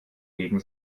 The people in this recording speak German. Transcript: gegen